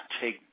take